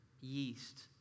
yeast